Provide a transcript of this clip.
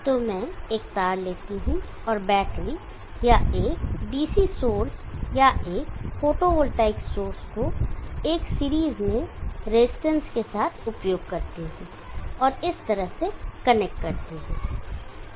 तो मैं एक तार लेता हूं और बैटरी या एक DC सोर्स या एक फोटोवॉल्टिक सोर्स को एक सीरीज में रेजिस्टेंस के साथ उपयोग करता हूं और इस तरह से कनेक्ट करता हूं